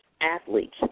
athletes